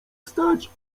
stać